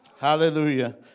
Hallelujah